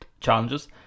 challenges